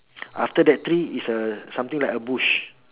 after that tree is uh something like a bush